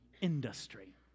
industry